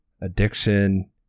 addiction